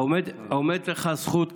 עומדת לך זכות,